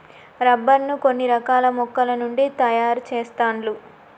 rubber ను కొన్ని రకాల మొక్కల నుండి తాయారు చెస్తాండ్లు